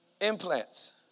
implants